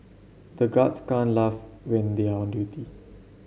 the guards can't laugh when they are on duty